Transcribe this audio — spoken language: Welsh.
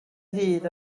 ddydd